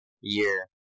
year